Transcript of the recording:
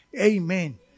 Amen